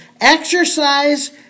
exercise